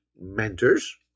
mentors